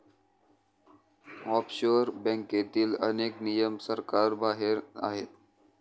offshore बँकेतील अनेक नियम सरकारबाहेर आहेत